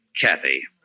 Kathy